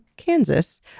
Kansas